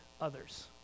others